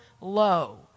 low